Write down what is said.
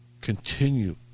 Continue